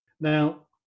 now